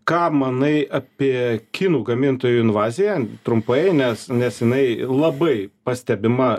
ką manai apie kinų gamintojų invaziją trumpai nes nesenai labai pastebima